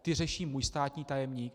Ty řeší můj státní tajemník.